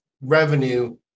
revenue